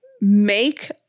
make